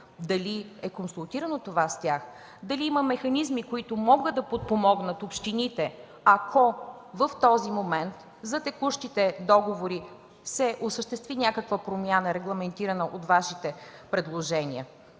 Дали е консултирано това с тях? Дали има механизми, които могат да подпомогнат общините, ако в този момент за текущите договори се осъществи някаква промяна, регламентирана от Вашите предложения?